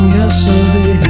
yesterday